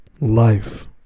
life